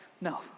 No